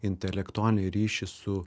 intelektualinį ryšį su